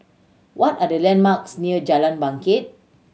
what are the landmarks near Jalan Bangket